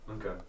okay